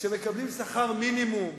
שמקבלים שכר מינימום,